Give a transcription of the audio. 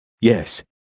yes